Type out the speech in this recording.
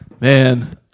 Man